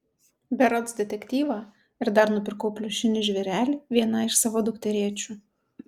berods detektyvą ir dar nupirkau pliušinį žvėrelį vienai iš savo dukterėčių